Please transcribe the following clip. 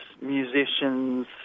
musicians